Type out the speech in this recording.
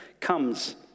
comes